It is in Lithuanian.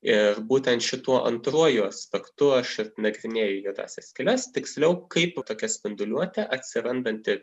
ir būtent šituo antruoju aspektu aš ir nagrinėju juodąsias skyles tiksliau kaip tokia spinduliuotė atsirandanti